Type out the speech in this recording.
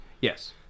Yes